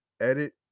edit